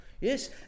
yes